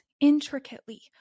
intricately